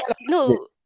No